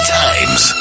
times